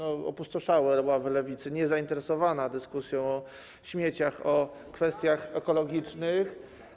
Opustoszały ławy Lewicy, jest niezainteresowana dyskusją o śmieciach, o kwestiach ekologicznych.